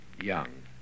Young